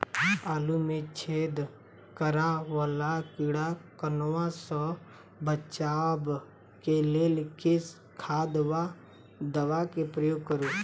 आलु मे छेद करा वला कीड़ा कन्वा सँ बचाब केँ लेल केँ खाद वा दवा केँ प्रयोग करू?